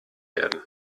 werden